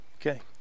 Okay